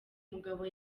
mugabo